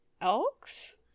Elks